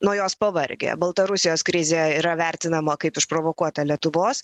nuo jos pavargę baltarusijos krizė yra vertinama kaip išprovokuota lietuvos